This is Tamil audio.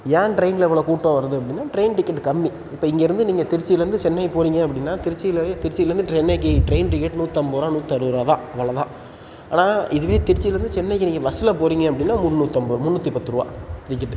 ஏன் ட்ரெயினில் இவ்வளோ கூட்டம் வருது அப்படின்னா ட்ரெயின் டிக்கெட் கம்மி இப்போ இங்கே இருந்து நீங்கள் திருச்சியில் இருந்து சென்னை போகிறீங்க அப்படின்னா திருச்சியில் திருச்சியில் இருந்து சென்னைக்கு ட்ரெயின் டிக்கெட் நூற்றைம்பது ருபா நூற்றி அறுபது ருபா தான் அவ்வளோ தான் ஆனால் இதுவே திருச்சியில் இருந்து சென்னைக்கு நீங்கள் பஸ்ஸில் போகறிங்க அப்படின்னா முந்நூற்றைம்பது முந்நூற்றி பத்து ருபா டிக்கெட்டு